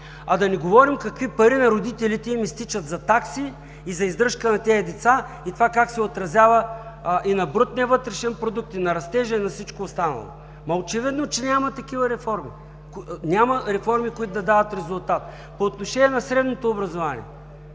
а да не говорим какви пари на родителите им изтичат за такси, и за издръжка на тези деца, и това как се отразява и на брутния вътрешен продукт, и на растежа, и на всичко останало. Очевидно е, че няма такива реформи. Няма реформи, които да дадат резултат. По отношение на средното образование